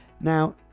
Now